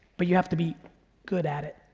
but you have to be good at it.